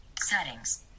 Settings